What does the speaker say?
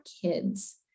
kids